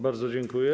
Bardzo dziękuję.